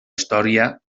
història